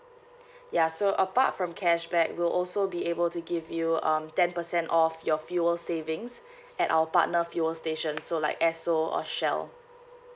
ya so apart from cashback we'll also be able to give you um ten percent off your fuel savings at our partner fuel station so like esso or shell